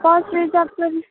कसरी सक्छौँ